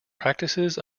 practices